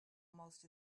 most